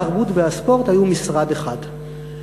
התרבות והספורט היה משרד אחד.